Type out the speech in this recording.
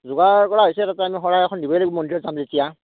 যোগাৰ কৰা হৈছে তাতে আমি শৰাই এখন দিবই লাগিব মন্দিৰত যাম যেতিয়া